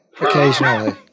occasionally